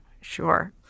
Sure